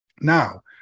now